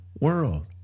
world